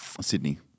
Sydney